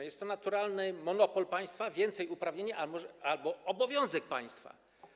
Jest to naturalny monopol państwa, więcej, uprawnienie albo obowiązek państwa.